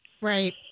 right